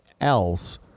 else